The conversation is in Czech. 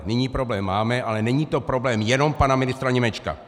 Nyní problém máme, ale není to problém jenom pana ministra Němečka.